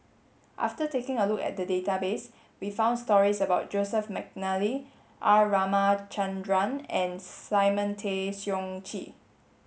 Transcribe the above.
after taking a look at the database we found stories about Joseph Mcnally R Ramachandran and Simon Tay Seong Chee